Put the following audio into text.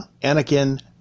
Anakin